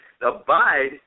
Abide